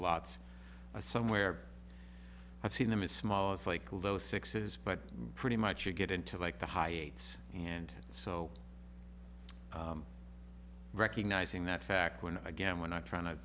lots somewhere i've seen them is small it's like a low sixes but pretty much you get into like the high eights and so recognizing that fact when again we're not trying to